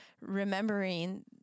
remembering